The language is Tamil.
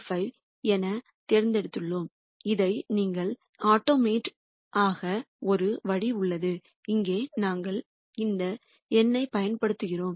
135 எனத் தேர்ந்தெடுத்துள்ளோம் இதை நீங்கள் தானியக்கமாக்க ஒரு வழி உள்ளது இங்கே நாங்கள் இந்த எண்ணைப் பயன்படுத்துகிறோம்